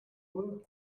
were